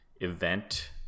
event